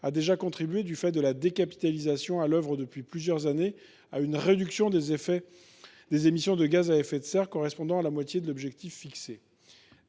a déjà contribué, du fait de la décapitalisation à l’œuvre depuis plusieurs années, à une réduction des émissions de gaz à effet de serre correspondant à la moitié de l’objectif fixé.